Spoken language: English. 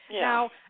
Now